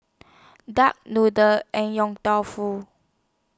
Duck Noodle and Yong Tau Foo